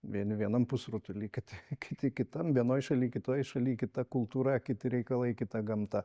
vieni vienam pusrutuly kiti kiti kitam vienoj šaly kitoj šaly kita kultūra kiti reikalai kita gamta